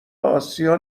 آسیا